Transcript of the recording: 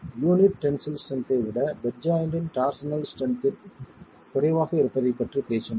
unit tensile ஸ்ட்ரென்த்தை விட bed ஜாய்ண்ட்டின் டார்ஸினல் ஸ்ட்ரென்த் குறைவாக இருப்பதைப் பற்றி பேசினோம்